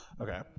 Okay